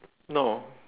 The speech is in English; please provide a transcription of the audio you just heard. no